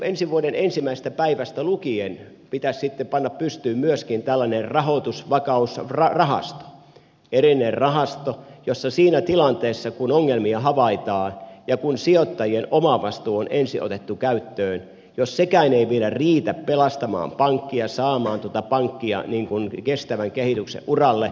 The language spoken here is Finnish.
ensi vuoden ensimmäisestä päivästä lukien pitäisi sitten panna pystyyn myöskin tällainen rahoitusvakausrahasto erillinen rahasto jota siinä tilanteessa kun ongelmia havaitaan ja kun sijoittajien omavastuu on ensin otettu käyttöön ja jos sekään ei vielä riitä pelastamaan pankkia saamaan tuota pankkia kestävän kehityksen uralle